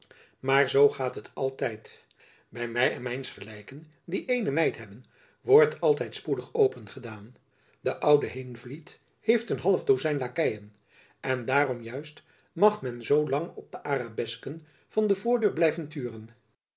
maar zoo gaat het altijd by my en mijns gelijken die ééne meid hebben wordt altijd spoedig opengedaan de oude heenvliet heeft een half dozijn lakeien en daarom juist mag men zoo lang op de arabesken van de voordeur blijven